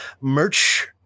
merch